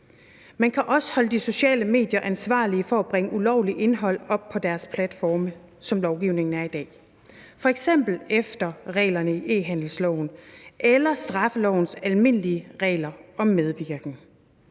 Man kan også holde de sociale medier ansvarlige for at bringe ulovligt indhold op på deres platforme, som lovgivningen er i dag, f.eks. efter reglerne i e-handelsloven eller straffelovens almindelige regler om medvirken.